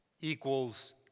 equals